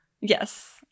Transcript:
Yes